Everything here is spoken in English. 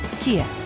Kia